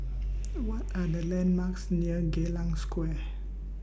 What Are The landmarks near Geylang Square